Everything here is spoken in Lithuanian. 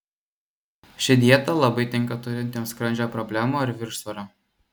ši dieta labai tinka turintiems skrandžio problemų ar viršsvorio